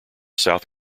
south